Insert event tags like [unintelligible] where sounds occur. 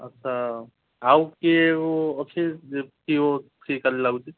ଆଚ୍ଛା ଆଉ କିଏ ଅଛି [unintelligible] ଫ୍ରି କାଲି ଲାଗୁଛି